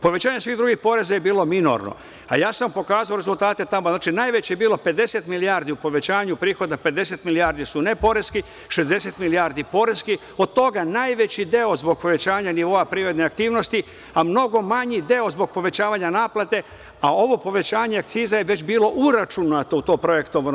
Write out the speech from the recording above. Povećanje svih ovih poreza je bilo minorno, ja sam pokazao rezultate tamo, znači najveći je bilo 50 milijardi u povećanju prihoda 50 milijardi su ne poreski, 60 milijardi poreski, od toga najveći deo zbog povećanja nivoa prirodne aktivnosti, a mnogo manji deo zbog povećavanja naplate, a ovo povećanje akciza je već bilo uračunato u to projektovano.